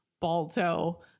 Balto